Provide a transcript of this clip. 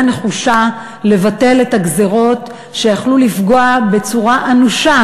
נחושה לבטל את הגזירות שיכלו לפגוע בצורה אנושה